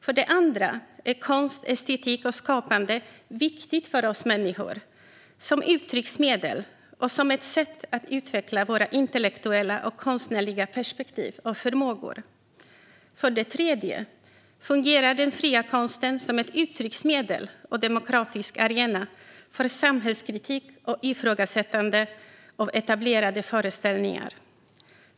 För det andra är konst, estetik och skapande viktigt för oss människor som uttrycksmedel och som ett sätt att utveckla våra intellektuella och konstnärliga perspektiv och förmågor. För det tredje fungerar den fria konsten som ett uttrycksmedel och en demokratisk arena för samhällskritik och ifrågasättande av etablerade föreställningar.